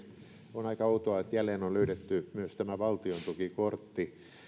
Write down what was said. on aika outoa että jälleen on löydetty myös tämä valtiontukikortti